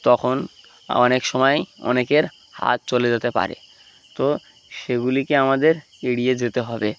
তখন অনেক সময় অনেকের হাত চলে যেতে পারে তো সেগুলিকে আমাদের এড়িয়ে যেতে হবে